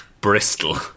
Bristol